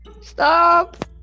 stop